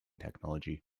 technology